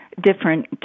different